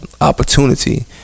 opportunity